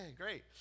great